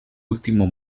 último